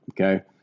Okay